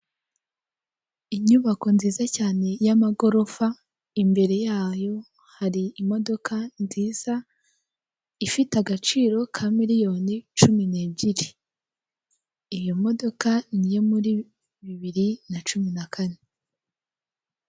Inyubako nziza cyane y'amagorofa imbere yayo hari imodoka nziza ifite agaciro ka miliyoni cumi n'ebyiri iyo modoka ni iyo muri bibiri na cumi na kane.